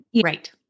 right